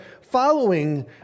following